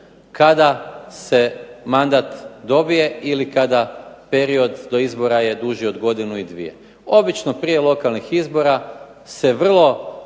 kada se mandat dobije ili kada period do izbora je duži od godinu i dvije. Obično prije lokalnih izbora se vrlo